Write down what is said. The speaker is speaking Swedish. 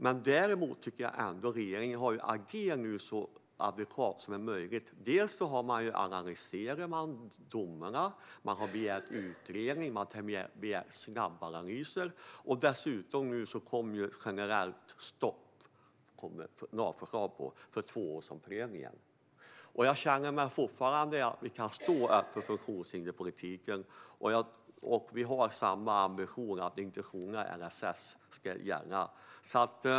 Jag tycker ändå att regeringen nu har agerat så adekvat som är möjligt. Man analyserar domarna, man har begärt utredning, man begär snabbanalyser och dessutom kom nu ett lagförslag om ett generellt stopp för tvåårsomprövningen. Jag känner fortfarande att vi kan stå upp för funktionshinderspolitiken, och vi har samma ambition att intentionerna i LSS ska gälla.